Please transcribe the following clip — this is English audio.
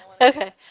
Okay